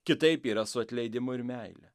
kitaip yra su atleidimu ir meile